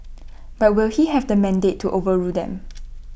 but will he have the mandate to overrule them